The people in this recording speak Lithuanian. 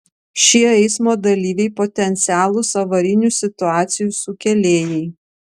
šie eismo dalyviai potencialūs avarinių situacijų sukėlėjai